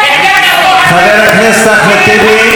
חבר הכנסת אחמד טיבי,